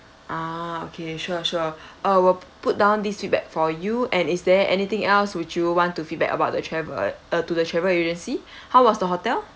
ah okay sure sure I will put down these feedback for you and is there anything else would you want to feedback about the travel uh to the travel agency how was the hotel